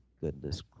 goodness